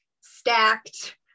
stacked